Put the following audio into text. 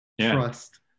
trust